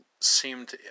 seemed